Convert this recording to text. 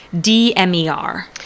D-M-E-R